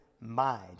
mind